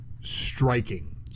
striking